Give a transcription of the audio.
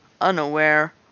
unaware